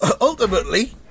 Ultimately